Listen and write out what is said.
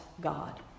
God